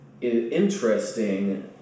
interesting